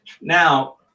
Now